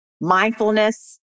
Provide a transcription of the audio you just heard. mindfulness